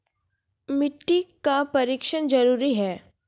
मिट्टी का परिक्षण जरुरी है?